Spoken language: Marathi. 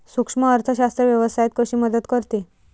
सूक्ष्म अर्थशास्त्र व्यवसायात कशी मदत करते?